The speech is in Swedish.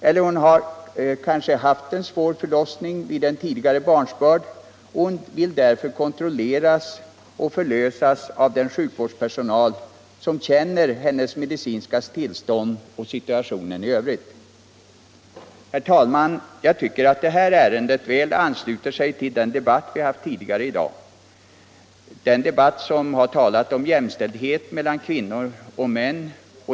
Eller hon har haft en svår förlossning i en tidigare barnsbörd och vill därför kontrolleras och förlösas av den Samarbete mellan sjukvårdspersonal som känner hennes medicinska tillstånd och situation I Övrigt. Herr talman! Jag tycker att detta ärende väl ansluter till den debatt som vi haft tidigare i dag och som handlat om jämställdhet mellan kvinnor och min.